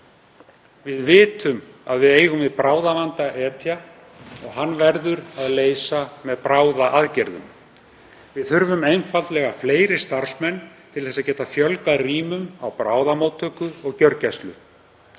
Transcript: Við vitum að við eigum við bráðavanda etja og hann verður að leysa með bráðaaðgerðum. Við þurfum einfaldlega fleiri starfsmenn til þess að geta fjölgað rýmum á bráðamóttöku og gjörgæslu.